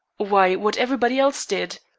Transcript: why, what everybody else did.